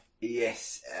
Yes